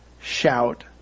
shout